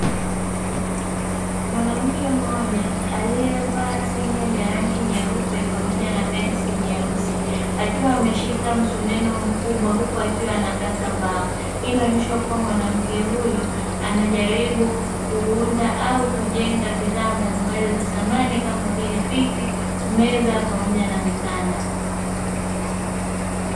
Mwanamke mmoja aliyevaa singrendi ya rangi nyeupe pamoja na pensi nyeusi akiwa ameshika msumeno mkubwa huku akiwa anakata mbao. Hii inaonyesha kuwa mwanamke huyu anajaribu kuunda au kujenga bidhaa mbalimbali za thamani kama vile; viti, meza pamoja na vitanda.